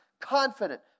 confident